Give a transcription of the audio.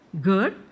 good